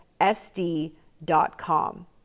sd.com